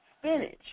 spinach